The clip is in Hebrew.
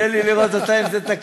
תן לי לראות אותה, אם זה תקין.